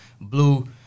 blue